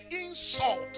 insult